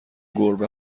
گربه